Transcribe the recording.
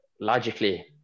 logically